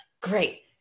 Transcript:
great